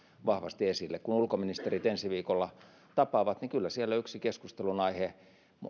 vahvasti esille kun ulkoministerit ensi viikolla tapaavat niin kyllä siellä yksi keskustelunaihe